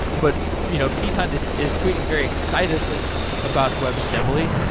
but you know pete hunt is is tweeting very excitedly about web assembly.